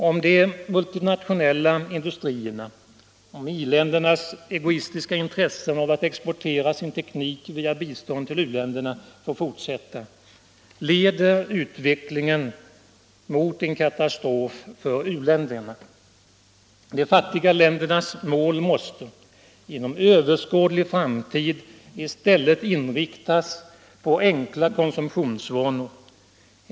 Om de multinationella industriernas och i-ländernas egoistiska intressen av att exportera sin teknik via biståndet till u-länderna får fortsätta, leder utvecklingen mot en katastrof för u-länderna. De fattiga ländernas mål måste inom överskådlig framtid i stället inriktas på enkla konsumtionsvanor.